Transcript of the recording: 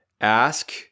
Ask